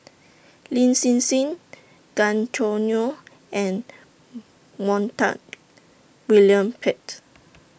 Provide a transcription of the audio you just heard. Lin Hsin Hsin Gan Choo Neo and Montague William Pett